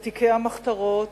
ותיקי המחתרות,